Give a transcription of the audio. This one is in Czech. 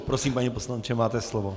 Prosím, pane poslanče, máte slovo.